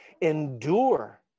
endure